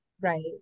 right